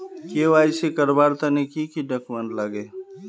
KYC करवार तने की की डॉक्यूमेंट लागे?